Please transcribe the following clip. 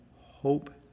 hope